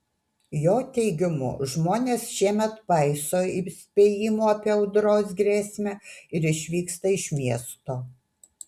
jo teigimu žmonės šiemet paiso įspėjimų apie audros grėsmę ir išvyksta iš miesto